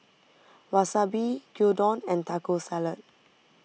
Wasabi Gyudon and Taco Salad